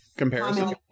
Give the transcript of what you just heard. comparison